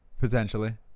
Potentially